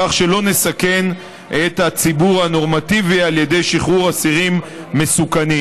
כך שלא נסכן את הציבור הנורמטיבי על ידי שחרור אסירים מסוכנים.